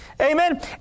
Amen